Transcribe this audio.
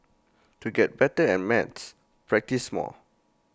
to get better at maths practise more